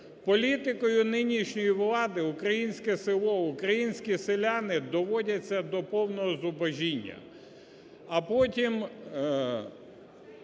політикою нинішньої влади українське село, українські селяни доводяться до повного зубожіння.